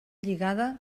lligada